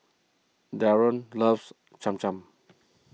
Darron loves Cham Cham